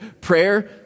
prayer